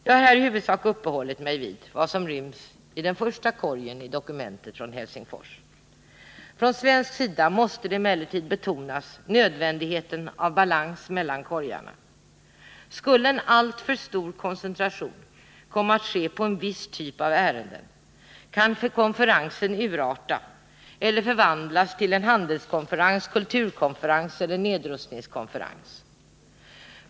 Jag har här i huvudsak uppehållit mig vid vad som ryms i den första korgen i dokumentet från Helsingfors. Från svensk sida måste emellertid nödvändigheten av balans mellan korgarna betonas. Skulle en alltför stor koncentration ske till en viss typ av ärenden, kan konferensen urarta eller förvandlas till en handelskonferens, kulturkonferens eller nedrustningskonferens.